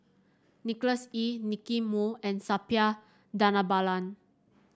Nicholas Ee Nicky Moey and Suppiah Dhanabalan